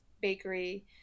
bakery